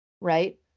right